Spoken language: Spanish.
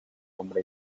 nombre